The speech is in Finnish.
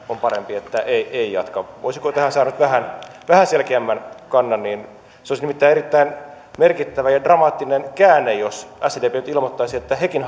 on parempi että ei ei jatka voisiko tähän saada nyt vähän selkeämmän kannan se olisi nimittäin erittäin merkittävä ja dramaattinen käänne jos sdp nyt ilmoittaisi että hekin